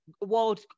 World